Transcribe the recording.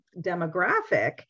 demographic